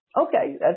okay